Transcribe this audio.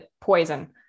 poison